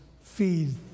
feed